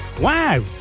Wow